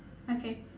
okay